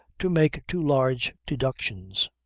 to make too large deductions